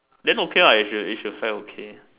then okay lah if you if you fail okay